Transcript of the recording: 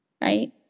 Right